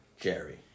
Jerry